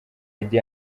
idi